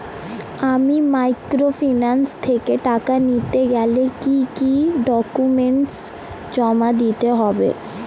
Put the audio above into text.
আমি মাইক্রোফিন্যান্স থেকে টাকা নিতে গেলে কি কি ডকুমেন্টস জমা দিতে হবে?